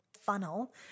funnel